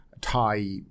Thai